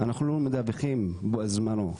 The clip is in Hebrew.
אנחנו מדווחים בזמנו,